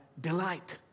delight